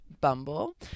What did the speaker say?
bumble